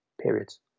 periods